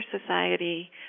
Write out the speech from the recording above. Society